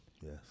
Yes